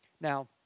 Now